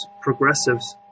progressives